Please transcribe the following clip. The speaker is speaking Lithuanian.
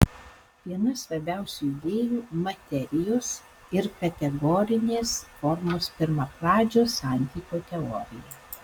viena svarbiausių idėjų materijos ir kategorinės formos pirmapradžio santykio teorija